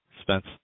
Spence